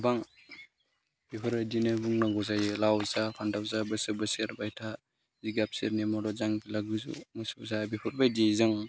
गोबां बेफोरबायदिनो बुंनांगौ जायो लाव जा फानथाव जा बोसोर बोसोर एरबाय था जिगाबसेनि मदद जांगिला जा बेफोरबायदि जों